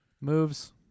Moves